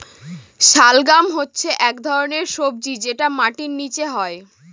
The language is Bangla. শালগাম হচ্ছে এক ধরনের সবজি যেটা মাটির নীচে হয়